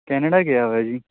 Canada ਗਿਆ ਹੋਇਆ ਜੀ